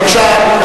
בבקשה,